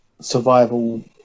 survival